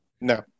No